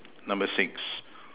number six